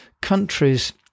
countries